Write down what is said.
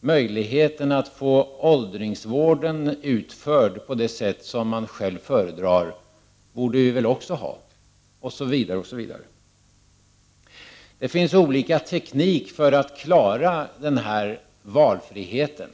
Möjligheten att få åldringsvård utförd på det sätt man själv föredrar borde vi också ha — OSV. , OSV. Det finns olika teknik för att klara den här valfriheten.